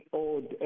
old